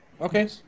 Okay